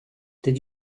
did